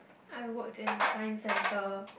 I worked in the science centre